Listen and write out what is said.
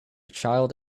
child